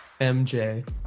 MJ